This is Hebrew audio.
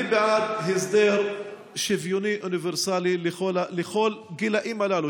אני בעד הסדר שוויוני אוניברסלי לכל הגילים הללו,